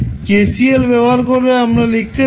KCL ব্যবহার করলে আমরা লিখতে পারি